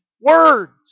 words